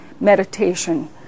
meditation